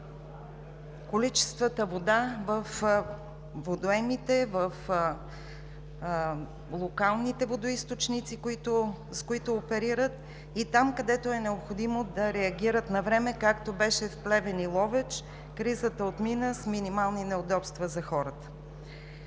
водоемите, в локалните водоизточници, с които оперират и там, където е необходимо, да реагират навреме, както беше в Плевен и Ловеч – кризата отмина с минимални неудобства за хората.